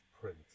print